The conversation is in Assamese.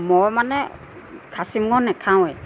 মই মানে খাচি মঙহ নেখাওঁৱেই